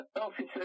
officer's